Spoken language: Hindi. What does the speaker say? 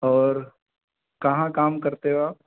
और कहाँ काम करते हो आप